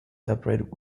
upright